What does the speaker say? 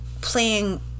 playing